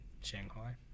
Shanghai